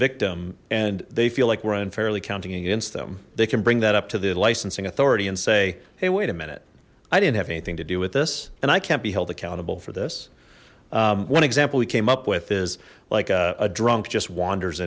victim and they feel like we're unfairly against them they can bring that up to the licensing authority and say hey wait a minute i didn't have anything to do with this and i can't be held accountable for this one example we came up with is like a drunk just wanders